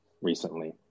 recently